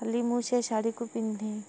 ଖାଲି ମୁଁ ସେ ଶାଢ଼ୀକୁ ପିନ୍ଧେ